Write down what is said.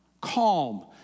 Calm